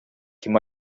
ким